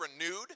renewed